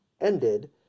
ended